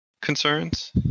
concerns